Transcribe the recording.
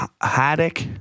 Haddock